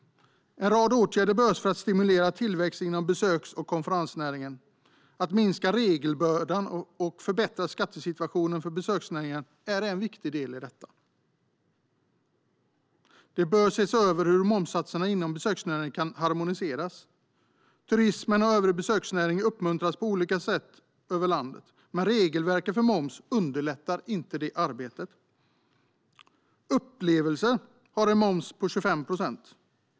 En rad åtgärder behövs för att stimulera tillväxt inom besöks och konferensnäringen. Att minska regelbördan och förbättra skattesituationen för besöksnäringen är en viktig del i detta. Man bör se över hur momssatserna inom besöksnäringen kan harmoniseras. Turism och övrig besöksnäring uppmuntras på olika sätt över landet, men regelverket för moms underlättar inte arbetet. Upplevelser har en moms på 25 procent.